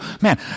Man